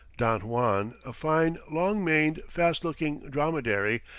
don juan, a fine, long-maned, fast-looking dromedary,